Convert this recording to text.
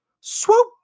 Swoop